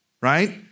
right